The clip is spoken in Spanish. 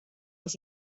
los